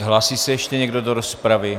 Hlásí se ještě někdo do rozpravy?